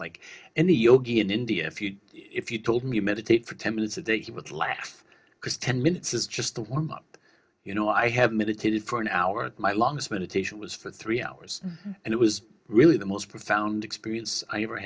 like in the yogi in india if you if you told me meditate for ten minutes a day he would laugh because ten minutes is just a warm up you know i have meditated for an hour at my longest meditation was for three hours and it was really the most profound experience i ever